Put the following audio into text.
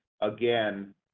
again